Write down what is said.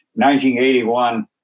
1981